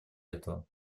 этого